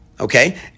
Okay